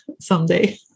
someday